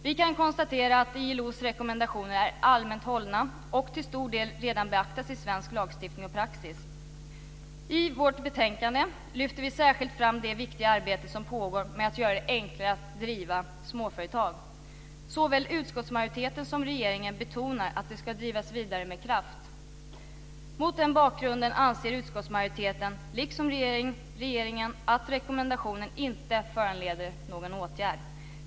Vi kan konstatera att ILO:s rekommendationer är allmänt hållna och till stor del redan beaktas i svensk lagstiftning och praxis. I vårt betänkande lyfter vi särskilt fram det viktiga arbete som pågår med att göra det enklare att driva småföretag. Såväl utskottsmajoriteten som regeringen betonar att det ska drivas vidare med kraft. Mot den bakgrunden anser utskottsmajoriteten, liksom regeringen, att rekommendationen inte föranleder någon åtgärd.